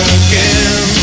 again